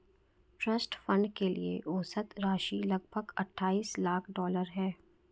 trust fund के लिए औसत राशि लगभग अट्ठाईस लाख डॉलर है